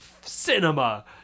cinema